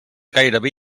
gairebé